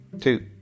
two